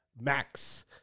Max